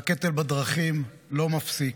והקטל בדרכים לא מפסיק.